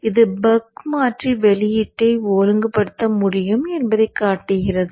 இது பக் மாற்றி வெளியீட்டை ஒழுங்குபடுத்த முடியும் என்பதைக் காட்டுகிறது